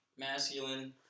Masculine